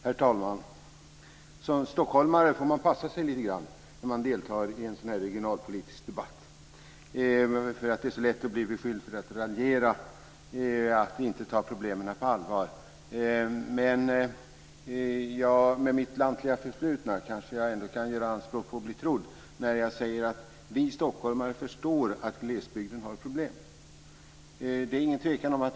Herr talman! Som stockholmare får man passa sig lite grann när man deltar i en regionalpolitisk debatt. Det är så lätt att bli beskylld för att raljera, att inte ta problemen på allvar. Men jag med mitt lantliga förflutna kanske kan göra anspråk på att bli trodd när jag säger att vi stockholmare förstår att glesbygden har problem. Det råder ingen tvekan om det.